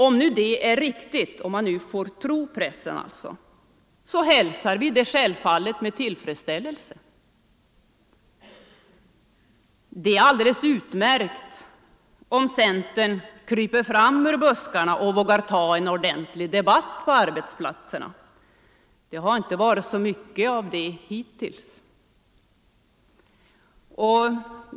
Om man nu får tro dessa uppgifter i pressen, hälsar vi det självfallet med tillfredsställelse. Det är alldeles utmärkt att centern kliver fram ur buskarna och vågar ta en ordentlig debatt på arbetsplatserna. Det har inte varit så mycket av den saken hittills.